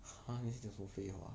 !huh! 你在讲什么废话